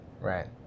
Right